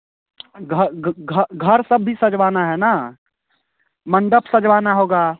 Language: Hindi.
घर सब भी सजवाना है ना मंडप सजवाना होगा